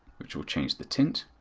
which will change the tint,